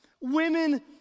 Women